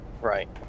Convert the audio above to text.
Right